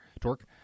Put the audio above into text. torque